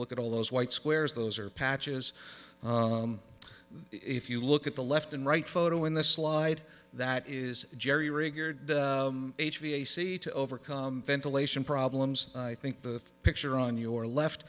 look at all those white squares those are patches if you look at the left and right photo in the slide that is jerry rigged v a c to overcome ventilation problems i think the picture on your left